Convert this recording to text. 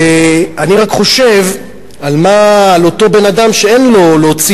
אני רק חושב על אותו בן-אדם שאין לו להוציא